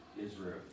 Israel